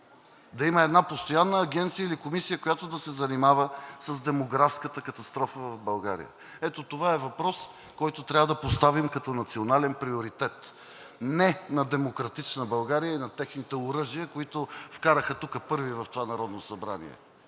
да има една постоянна агенция или комисия, която да се занимава с демографската катастрофа в България. Ето това е въпрос, който трябва да поставим като национален приоритет, не на „Демократична България“ и техните оръжия, които вкараха тук първи в това Народно събрание.